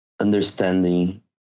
understanding